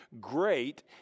great